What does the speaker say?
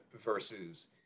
versus